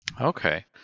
Okay